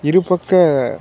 இருபக்க